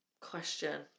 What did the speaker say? Question